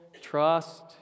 trust